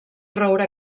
roure